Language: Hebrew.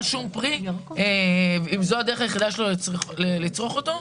שום פרי אם זו הדרך היחידה שלו לצרוך אותו?